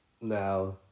now